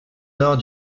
nord